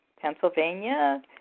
Pennsylvania